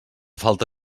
falta